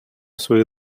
своїх